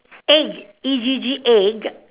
egg E G G egg